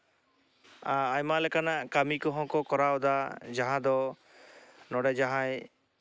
ᱟᱭᱢᱟ ᱞᱮᱠᱟᱱᱟᱜ ᱠᱟᱹᱢᱤ ᱠᱚᱦᱚᱸ ᱠᱚ ᱠᱚᱨᱟᱣ ᱮᱫᱟ ᱡᱟᱦᱟᱸ ᱫᱚ ᱱᱚᱸᱰᱮ ᱡᱟᱸᱦᱟᱭ